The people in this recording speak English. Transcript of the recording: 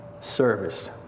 service